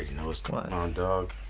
know what's going on, dog.